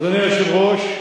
אדוני היושב-ראש,